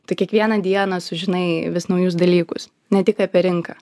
tu kiekvieną dieną sužinai vis naujus dalykus ne tik apie rinką